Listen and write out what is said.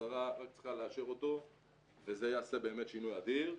השרה רק צריכה לאשר אותו וזה יעשה באמת שינוי אדיר.